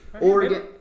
Oregon